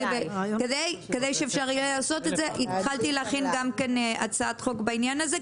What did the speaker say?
כדי שאפשר יהיה לעשות את זה התחלתי להכין גם כן הצעת חוק בעניין הזה,